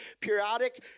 periodic